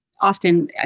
Often